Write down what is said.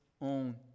own